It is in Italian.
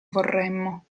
vorremmo